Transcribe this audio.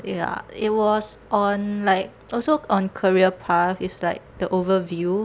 ya it was on like also on career path it's like the overview